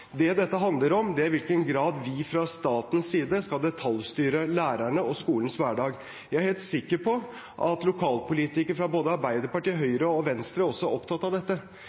Det dette handler om, er i hvilken grad vi fra statens side skal detaljstyre lærerne og skolens hverdag. Jeg er helt sikker på at lokalpolitikere fra både Arbeiderpartiet, Høyre og Venstre også er opptatt av dette.